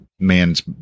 Man's